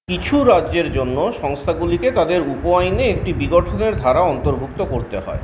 কিছু রাজ্যের জন্য সংস্থাগুলিকে তাদের উপ আইনে একটি বিগঠনের ধারা অন্তর্ভুক্ত করতে হয়